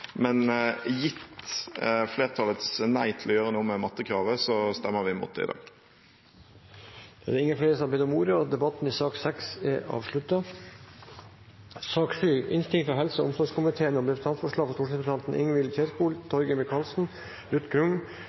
men gitt flertallets nei til å gjøre noe med mattekravet, stemmer vi imot det i dag. Flere har ikke bedt om ordet til sak nr. 6. Etter ønske fra helse- og omsorgskomiteen